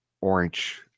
Orange